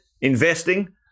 investing